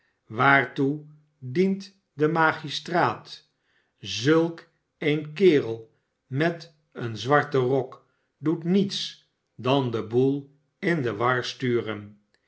waartoe dient de magistraat zulk een kerel met een zwarten rok doet niets dan den boel in de war sturen